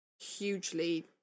hugely